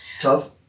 Tough